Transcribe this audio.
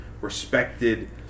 respected